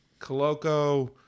Coloco